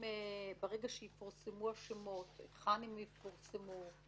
ברגע שיפורסמו השמות, היכן הם יפורסמו?